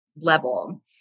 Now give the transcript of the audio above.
level